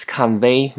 convey